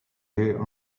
here